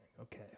Okay